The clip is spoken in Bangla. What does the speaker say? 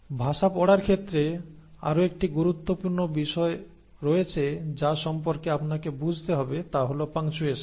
ভাষা পড়ার ক্ষেত্রে আরও একটি গুরুত্বপূর্ণ বিষয় রয়েছে যা সম্পর্কে আপনাকে বুঝতে হবে তা হল পাংচুয়েশন